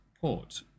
port